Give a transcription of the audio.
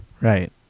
right